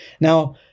Now